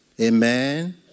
Amen